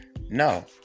no